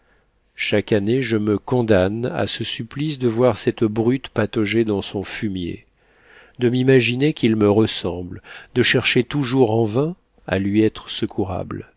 chaque année je me condamne à ce supplice de voir cette brute patauger dans son fumier de m'imaginer qu'il me ressemble de chercher toujours en vain à lui être